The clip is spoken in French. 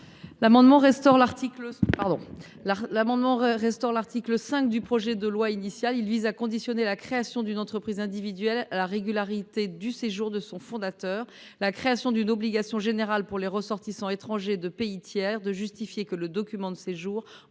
objet de restaurer l’article 5 du projet de loi initial. Il vise à subordonner la création d’une entreprise individuelle à la régularité du séjour de son fondateur en créant une obligation générale pour les ressortissants étrangers de pays tiers de justifier que le document de séjour